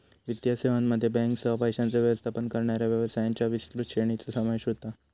वित्तीय सेवांमध्ये बँकांसह, पैशांचो व्यवस्थापन करणाऱ्या व्यवसायांच्यो विस्तृत श्रेणीचो समावेश होता